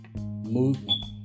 movement